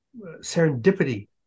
serendipity